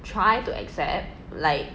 try to accept like